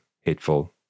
hateful